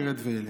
ירד וילך.